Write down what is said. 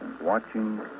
watching